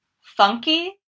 funky